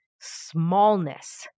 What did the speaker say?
smallness